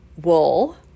wool